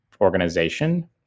organization